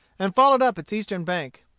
and followed up its eastern bank.